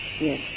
Yes